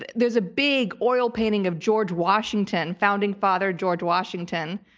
there's a big oil painting of george washington, founding father george washington,